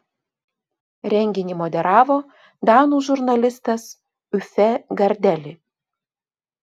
renginį moderavo danų žurnalistas uffe gardeli